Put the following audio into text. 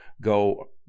go